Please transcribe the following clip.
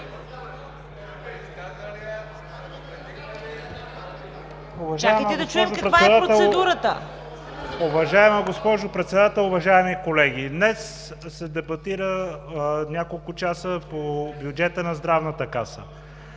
Чакайте да чуем каква е процедурата.